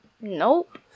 Nope